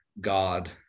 god